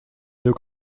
nieuw